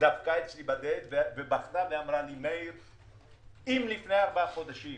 דפקה אצלי בדלת בבכי ואמרה לי שאם לפני 4 חודשים